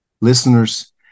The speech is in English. listeners